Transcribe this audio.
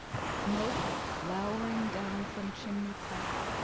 smoke lowering down from chimney-pots,